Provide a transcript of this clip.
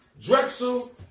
Drexel